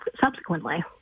subsequently